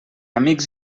amics